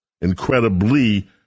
incredibly